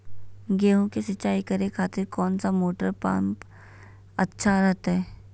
गेहूं के सिंचाई करे खातिर कौन सा मोटर पंप अच्छा रहतय?